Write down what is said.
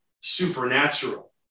supernatural